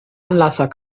anlasser